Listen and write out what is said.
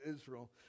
Israel